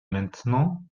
maintenant